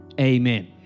Amen